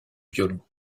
violon